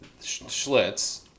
Schlitz